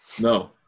no